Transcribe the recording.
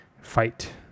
fight